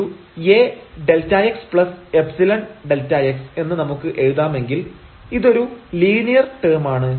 ΔyA Δxϵ Δx എന്ന് നമുക്ക് എഴുതാമെങ്കിൽ ഇതൊരു ലീനിയർ ടേം ആണ്